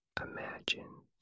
Imagine